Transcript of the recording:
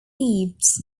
thebes